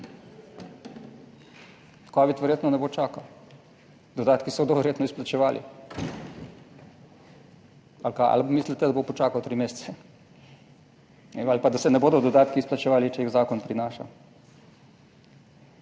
Covid verjetno ne bo čakal. Dodatki se bodo verjetno izplačevali… Ali mislite, da bo počakal tri mesece? Ne vem, ali pa, da se ne bodo dodatki izplačevali, če jih zakon prinaša.